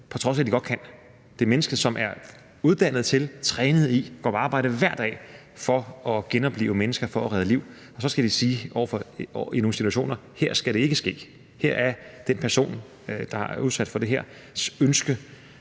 på trods af at de godt kan. Det er mennesker, som er uddannet til, trænet i og hver dag går på arbejde for at genoplive mennesker, at redde liv, og så skal de i nogle situationer sige: Her skal det ikke ske; her er det ønsket hos den person, som er udsat for det her, ikke